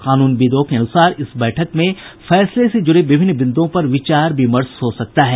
कानूनविदों के अनुसार इस बैठक में फैसले से जुड़े विभिन्न बिंद्रओं पर विचार विमर्श हो सकता है